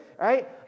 right